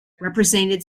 represented